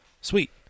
Sweet